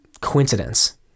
coincidence